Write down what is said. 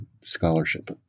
scholarship